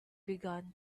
began